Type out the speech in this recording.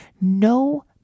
no